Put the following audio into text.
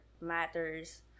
matters